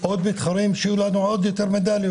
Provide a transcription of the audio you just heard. עוד מתחרים, שיהיו לנו עוד מדליות.